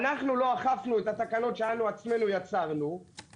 אנחנו לא אכפנו את התקנות שאנחנו עצמנו יצרנו,